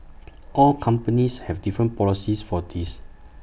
all companies have different policies for this